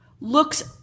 looks